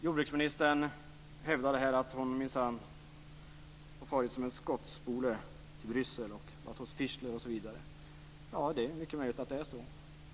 Jordbruksministern hävdade här att hon minsann har farit som en skottspole till Bryssel, varit hos Fischler osv. Ja, det är mycket möjligt att det är så.